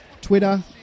Twitter